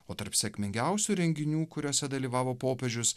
o tarp sėkmingiausių renginių kuriuose dalyvavo popiežius